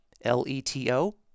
L-E-T-O